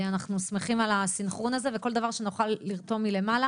אנחנו שמחים על הסנכרון הזה וכל דבר שנוכל לרתום מלמעלה